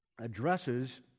addresses